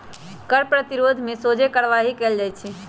कर प्रतिरोध में सोझे कार्यवाही कएल जाइ छइ